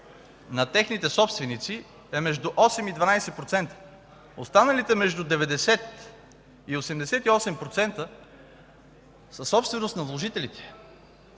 на техните собственици е между 8 и 12%, останалите между 92 и 88% са собственост на вложителите,